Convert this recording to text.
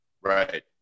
right